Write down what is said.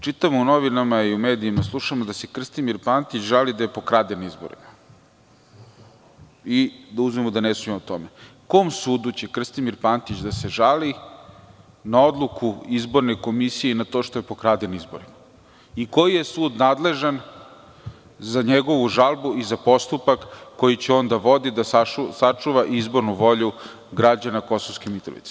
Čitam u novinama i slušam u medijima da se Krstimir Pantić žali da je pokraden na izborima, i da uzmemo da ne sumnjamo o tome, kom sudu će Krstimir Pantić da se žali na odluku Izborne komisije i na to što je pokraden na izborima, i koji je sud nadležan za njegovu žalbu i za postupak koji će on da vodi da sačuva izbornu volju građana Kosovske Mitrovice?